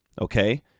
okay